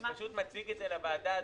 אני פשוט מציג את זה לוועדה.